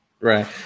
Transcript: Right